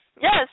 Yes